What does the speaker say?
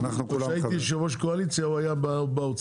כשאני הייתי יושב ראש קואליציה, הוא היה באוצר.